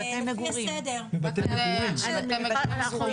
בבתי מגורים.